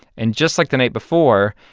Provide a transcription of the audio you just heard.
and just like the night before,